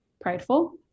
prideful